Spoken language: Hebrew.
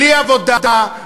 בלי עבודה,